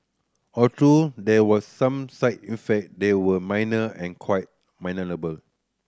although there was some side effect they were minor and quite manageable